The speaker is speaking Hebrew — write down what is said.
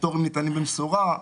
הפטורים ניתנים במסורה.